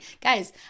Guys